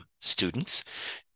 students